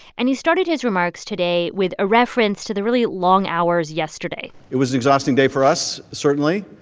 and he started his remarks today with a reference to the really long hours yesterday it was an exhausting day for us, certainly.